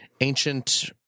ancient